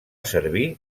servir